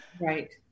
Right